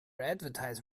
advertise